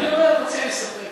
אני מציע להסתפק.